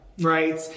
Right